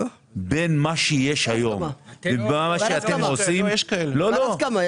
בין מה שיש היום ובין מה שאתם עושים --- כבר הסכמה,